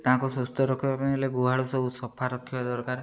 ତାଙ୍କୁ ସୁସ୍ଥ ରଖିବା ପାଇଁ ହେଲେ ଗୁହାଳ ସବୁ ସଫା ରଖିବା ଦରକାର